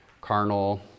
carnal